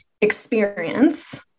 experience